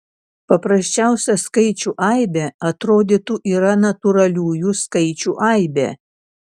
paprasčiausia skaičių aibė atrodytų yra natūraliųjų skaičių aibė